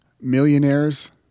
millionaires